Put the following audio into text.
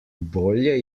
bolje